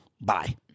Bye